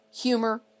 humor